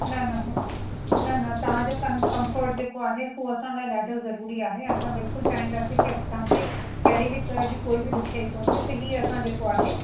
न न हू न न तव्हां जो कं कंफ़र्ट जेको आहे हू असां लाइ ॾाढो ज़रूरी आहे असां बिल्कुलु चाहींदासीं कि तव्हां खे कहिड़ी बि तरह जी कोई ॾुखियाई कोन थिए त हीउ असां जेको आहे